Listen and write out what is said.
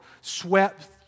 swept